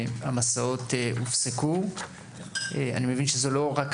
המסעות הופסקו ואני מבין שזאת לא הייתה